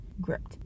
gripped